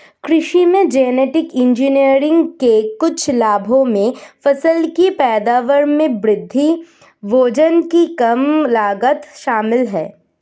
कृषि में genetic engineering के कुछ लाभों में फसल की पैदावार में वृद्धि, भोजन की कम लागत शामिल हैं